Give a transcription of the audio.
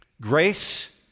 Grace